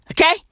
Okay